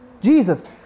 Jesus